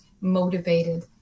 motivated